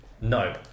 No